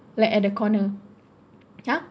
like at the corner !huh!